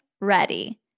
ready